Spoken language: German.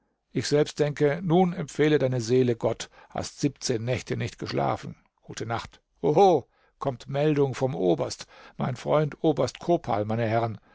ich selbst denke nun empfehle deine seele gott hast siebzehn nächte nicht geschlafen gute nacht oho kommt meldung vom oberst mein freund oberst kopal meine herren